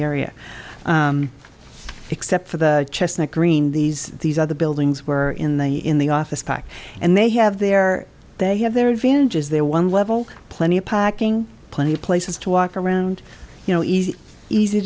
area except for the chestnut green these these other buildings were in the in the office back and they have their they have their advantages they're one level plenty packing plenty of places to around you know easy easy